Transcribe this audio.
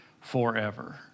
forever